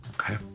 okay